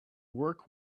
work